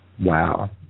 Wow